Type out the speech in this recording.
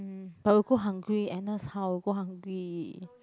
um but I will go hungry Agnes how we go hungry